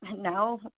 Now